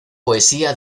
poesía